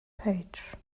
page